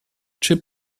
czy